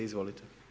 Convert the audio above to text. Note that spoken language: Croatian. Izvolite.